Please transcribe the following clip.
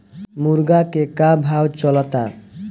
मुर्गा के का भाव चलता?